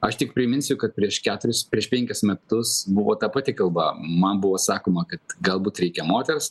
aš tik priminsiu kad prieš keturis prieš penkis metus buvo ta pati kalba man buvo sakoma kad galbūt reikia moters